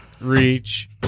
Reach